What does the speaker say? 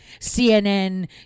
CNN